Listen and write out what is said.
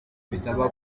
bisaba